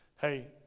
Hey